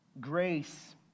grace